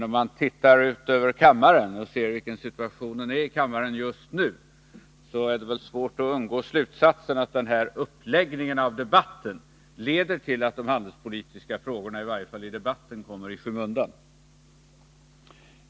Om man tittar ut över kammaren och ser vilken situation som råder här just nu, är det svårt att undgå att dra slutsatsen att den här uppläggningen av debatten leder till att de handelspolitiska frågorna kommer i skymundan, i varje fall i debatten.